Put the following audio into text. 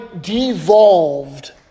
devolved